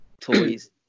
toys